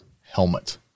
helmet